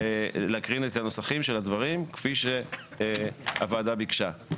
ולהקריא את הנוסחים של הדברים כפי שהוועדה ביקשה.